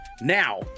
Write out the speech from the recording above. Now